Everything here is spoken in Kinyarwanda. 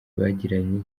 bagiranye